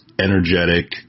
energetic